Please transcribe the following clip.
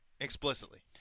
explicitly